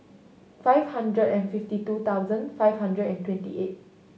five hundred and fifty two thousand five hundred and twenty eight